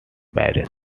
paris